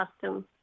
custom